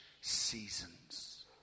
seasons